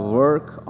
work